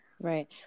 Right